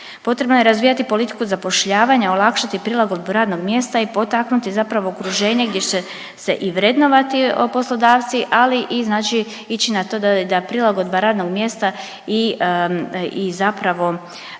Potrebno je razvijati politiku zapošljavanja, olakšati prilagodbu radnog mjesta i potaknuti zapravo okruženje gdje će se i vrednovati poslodavci ali i znači ići na to da prilagodba radnog mjesta i zapravo